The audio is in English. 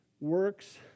works